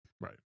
right